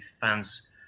fans